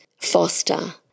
foster